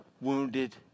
wounded